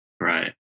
Right